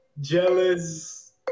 Jealous